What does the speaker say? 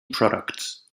products